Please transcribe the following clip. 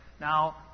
Now